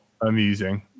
amusing